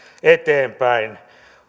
eteenpäin